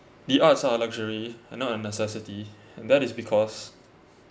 the arts are luxury and not a necessity and that is because